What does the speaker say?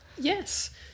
Yes